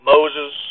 Moses